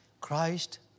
Christ